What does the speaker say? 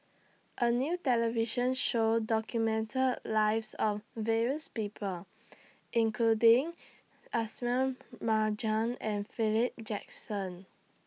A New television Show documented Lives of various People including Ismail Marjan and Philip Jackson